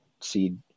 seed